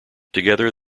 together